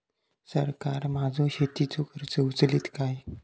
सरकार माझो शेतीचो खर्च उचलीत काय?